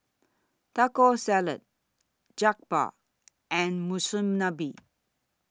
Taco Salad Jokbal and Monsunabe